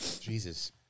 Jesus